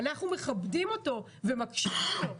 אנחנו מכבדים אותו ומקשיבים לו.